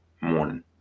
morning